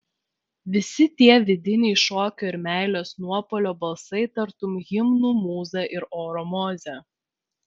visi tie vidiniai šokio ir meilės nuopuolio balsai tartum himnų mūza ir oro mozė